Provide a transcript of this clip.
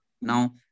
now